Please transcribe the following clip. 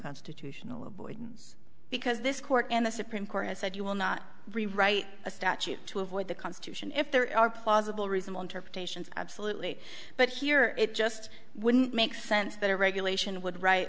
constitutional avoidance because this court and the supreme court has said you will not rewrite a statute to avoid the constitution if there are plausible reasonable interpretations absolutely but here it just wouldn't make sense that a regulation